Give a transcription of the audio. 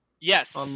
Yes